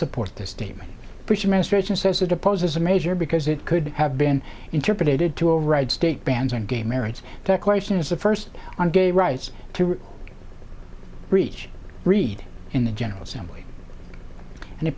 support the statement bush administration says it opposes a major because it could have been interpreted to override state bans on gay marriage that question is the first on gay rights too reach reed in the general assembly and